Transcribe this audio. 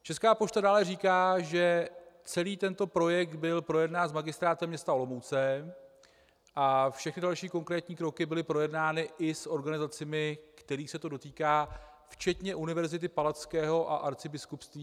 Česká pošta dále říká, že celý tento projekt byl projednán s Magistrátem města Olomouce a všechny další konkrétní kroky byly projednány i s organizacemi, kterých se to dotýká, včetně Univerzity Palackého a arcibiskupství.